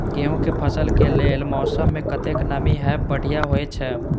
गेंहू के फसल के लेल मौसम में कतेक नमी हैब बढ़िया होए छै?